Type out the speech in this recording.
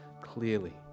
clearly